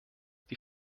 die